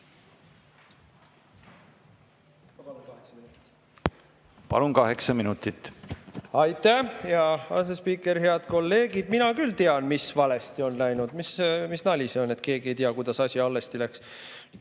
Palun, kaheksa minutit! Palun, kaheksa minutit! Aitäh, hea asespiiker! Head kolleegid! Mina küll tean, mis valesti on läinud. Mis nali see on, et keegi ei tea, kuidas asi halvasti läks?